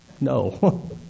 No